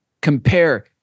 compare